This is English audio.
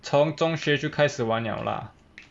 从中学就开始玩了 lah